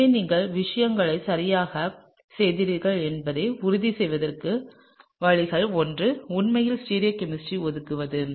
எனவே நீங்கள் விஷயங்களைச் சரியாகச் செய்கிறீர்கள் என்பதை உறுதி செய்வதற்கான வழிகளில் ஒன்று உண்மையில் ஸ்டீரியோ கெமிஸ்ட்ரியை ஒதுக்குவது